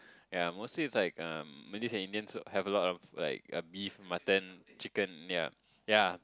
ya mostly it's like um Malays and Indians have a lot of like uh beef mutton chicken ya ya